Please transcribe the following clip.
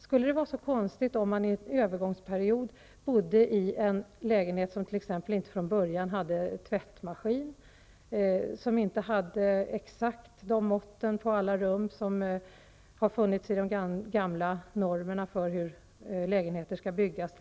Skulle det vara så konstigt om man i en övergångsperiod bodde i en lägenhet som inte hade t.ex. tvättmaskin från början eller exakt de mått i alla rum som funnits i de gamla normerna för hur lägenheter skall byggas?